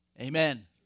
Amen